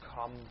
come